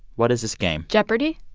what is this game? jeopardy.